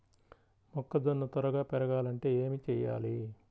మొక్కజోన్న త్వరగా పెరగాలంటే ఏమి చెయ్యాలి?